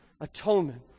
atonement